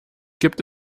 gibt